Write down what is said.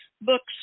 books